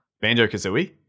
Banjo-Kazooie